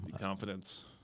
Confidence